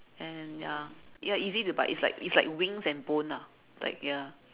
and ya ya easy to bite it's like it's like wings and bones lah like ya